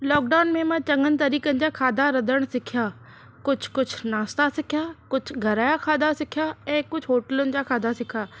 lockdown में चंङनि तरीक़नि जा खाधा रधणु सिखिया कुझु कुझु नाश्ता सिखिया कुझु घरु जा खाधा सिखिया ऐं कुछु होटलनि जा खाधा सिखा